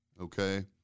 Okay